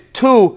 two